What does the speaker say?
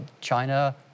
China